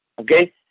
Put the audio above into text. Okay